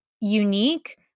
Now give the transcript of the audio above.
unique